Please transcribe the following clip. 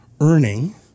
earning